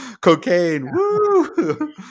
Cocaine